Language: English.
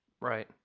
right